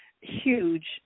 huge